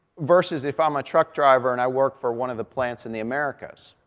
versus if i'm a truck driver and i work for one of the plants in the americas.